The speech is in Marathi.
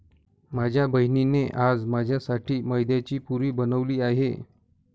माझ्या बहिणीने आज माझ्यासाठी मैद्याची पुरी बनवली आहे